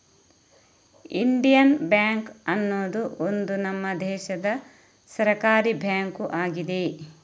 Indian bank ಅನ್ನುದು ಒಂದು ನಮ್ಮ ದೇಶದ ಸರ್ಕಾರೀ ಬ್ಯಾಂಕು ಆಗಿದೆ